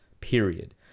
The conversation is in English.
Period